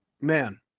man